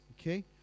Okay